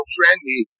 Friendly